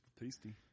tasty